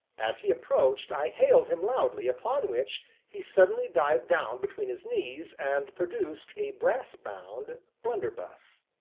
as he approached i hailed him loudly, upon which he suddenly dived down between his knees and produced a brass-bound blunderbuss.